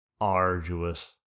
arduous